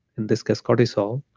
in this case cortisol,